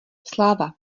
sláva